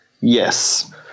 Yes